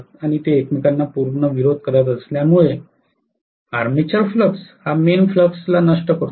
आणि ते एकमेकांना पूर्णपणे विरोध करत असल्यामुळे आर्मेचर फ्लक्स हा मेन फ्लक्स ला नष्ट करतो